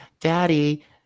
Daddy